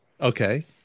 okay